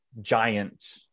giant